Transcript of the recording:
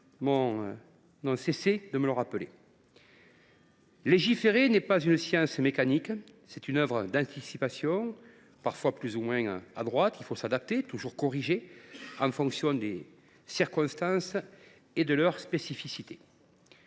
n’ont cessé de me le rappeler. Légiférer n’est pas une science mécanique, mais un travail d’anticipation, parfois plus ou moins adroit, qu’il faut adapter et toujours corriger en fonction des circonstances et de leurs spécificités.